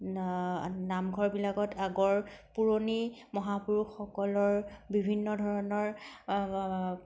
নামঘৰবিলাকত আগৰ পুৰণি মহাপুৰুষসকলৰ বিভিন্ন ধৰণৰ